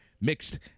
mixed